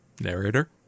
Narrator